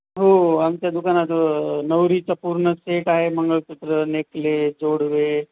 हो आमच्या दुकानात नवरीचा पूर्ण सेट आहे मंगळसूत्र नेकलेस जोडवे